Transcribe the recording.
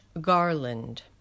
garland